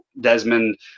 Desmond